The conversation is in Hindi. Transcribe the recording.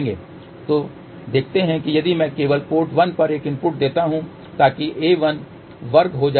तो देखते हैं कि यदि मैं केवल पोर्ट 1 पर एक इनपुट देता हूं ताकि a1 वर्ग हो जाए